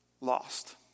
lost